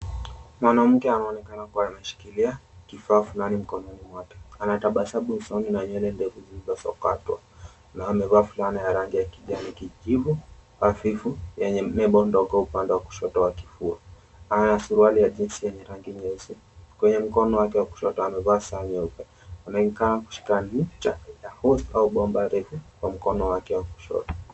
Mwanamke anaonekana akiwa ameshikilia kifaa fulani mikononi mwake. Ana tabasamu usoni na nywele ndefu zilizosokotwa na amevaa fulana ya rangi ya kijani kijivu hafifu yenye nembo ndogo upande wa kushoto wa kifua. Ana suruali ya jinzi yenye rangi nyeusi. Kwenye mkono wake wa kushoto amevaa saa nyeupe. Amekaa kushika ncha ya hos au bomba refu kwa mkono wake wa kushoto.